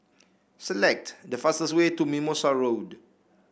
select the fastest way to Mimosa Road